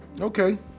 Okay